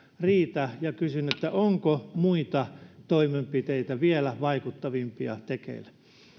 riitä ja kysyn onko muita toimenpiteitä vielä vaikuttavampia tekeillä